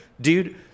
dude